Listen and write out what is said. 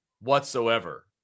whatsoever